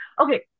okay